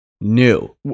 new